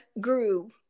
grew